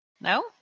No